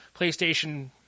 PlayStation